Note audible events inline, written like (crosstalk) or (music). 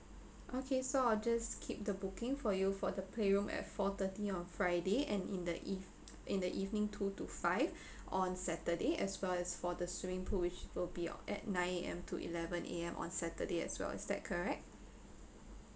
okay so I'll just keep the booking for you for the playroom at four thirty on friday and in the eve~ in the evening two to five (breath) on saturday as well as for the swimming pool which will be o~ at nine A_M to eleven A_M on saturday as well is that correct